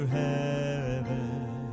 heaven